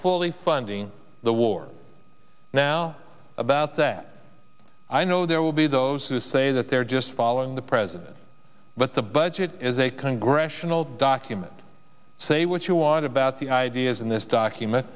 fully funding the war now about that i know there will be those who say that they're just following the president but the budget is a congressional document say what you want about the ideas in this document